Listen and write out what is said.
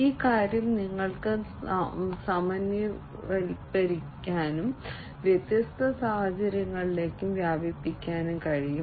ഈ കാര്യം നിങ്ങൾക്ക് സാമാന്യവൽക്കരിക്കാനും വ്യത്യസ്ത സാഹചര്യങ്ങളിലേക്കും വ്യാപിപ്പിക്കാനും കഴിയും